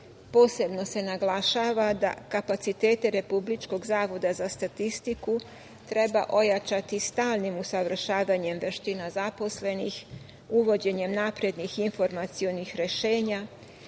Posebno se naglašava da kapacitete Republičkog zavoda za statistiku treba ojačati stalnim usavršavanjem veština zaposlenih, uvođenjem naprednih informacionih rešenja,